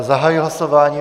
Zahajuji hlasování.